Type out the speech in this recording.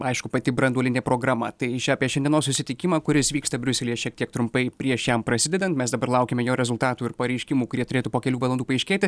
aišku pati branduolinė programa tai šią apie šiandienos susitikimą kuris vyksta briuselyje šiek tiek trumpai prieš jam prasidedant mes dabar laukiame jo rezultatų ir pareiškimų kurie turėtų po kelių valandų paaiškėti